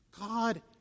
God